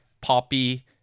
poppy